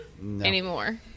anymore